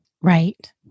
Right